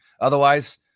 Otherwise